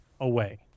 away